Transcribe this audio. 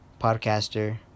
podcaster